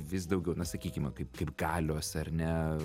vis daugiau na sakykim kaip kaip galios ar ne